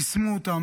יישמו אותה,